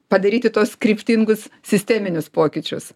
padaryti tuos kryptingus sisteminius pokyčius